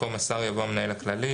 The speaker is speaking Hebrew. במקום "השר" יבוא: "המנהל הכללי".